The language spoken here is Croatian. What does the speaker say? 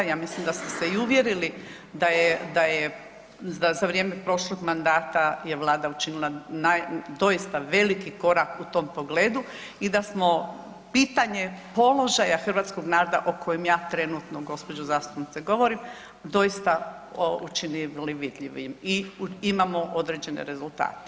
Ja mislim da ste se i uvjerili da za vrijeme prošlog mandata je Vlada učinila doista veliki korak u tom pogledu i da smo pitanje položaja hrvatskog naroda o kojem ja trenutno gospođo zastupnice govorim doista učinili vidljivim i imamo određene rezultate.